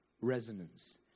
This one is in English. Resonance